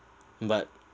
but